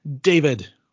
David